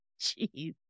Jeez